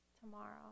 tomorrow